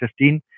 2015